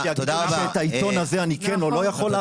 יגידו שאת העיתון הזה אני כן או לא יכול להכניס?